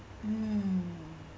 mm